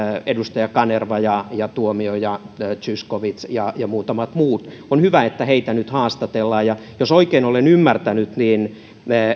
edustajat kanerva ja tuomioja ja zyskowicz ja muutamat muut on hyvä että heitä nyt haastatellaan ja jos oikein olen ymmärtänyt niin